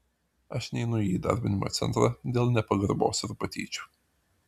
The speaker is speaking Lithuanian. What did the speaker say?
aš neinu į įdarbinimo centrą dėl nepagarbos ir patyčių